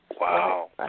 Wow